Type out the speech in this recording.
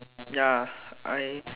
ya I